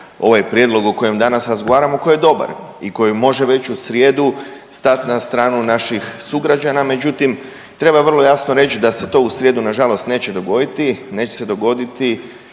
ovaj prijedlog o kojem danas razgovaramo koji je dobar i koji može već u srijedu stat na stranu naših sugrađana. Međutim, treba vrlo jasno reći da se to u srijedu na žalost neće dogoditi.